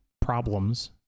problems